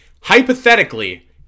hypothetically